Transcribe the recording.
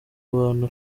bantu